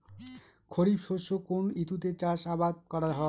খরিফ শস্য কোন ঋতুতে চাষাবাদ করা হয়?